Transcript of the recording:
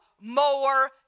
more